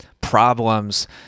problems